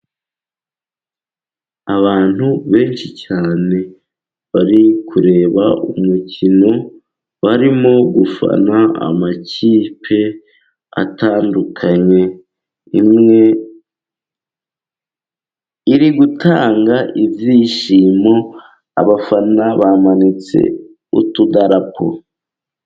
Abantu benshi cyane bari kureba umukino barimo gufana amakipe atandukanye, imwe iri gutanga ibyishimo abafana bamanitse utudarapo.